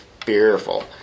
fearful